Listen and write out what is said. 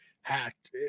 hacked